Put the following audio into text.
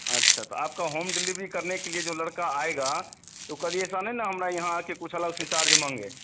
अच्छा तो आपका होम डिलीवरी करने के लिए जो लड़का आएगा तो यदी ऐसा ना हमारा यहाँ आ कर कुछ अलग से चार्ज माँगे